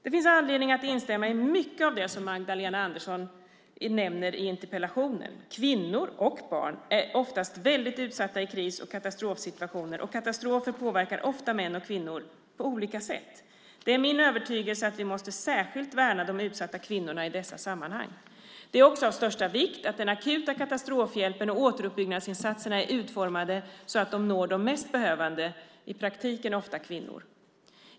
Det finns anledning att instämma i mycket av det som Magdalena Andersson nämner i interpellationen. Kvinnor, och barn, är oftast väldigt utsatta i kris och katastrofsituationer, och katastrofer påverkar ofta män och kvinnor på olika sätt. Det är min övertygelse att vi särskilt måste värna de utsatta kvinnorna i dessa sammanhang. Det är också av största vikt att den akuta katastrofhjälpen och återuppbyggnadsinsatserna är utformade så att de når de mest behövande - i praktiken ofta kvinnor.